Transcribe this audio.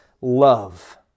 love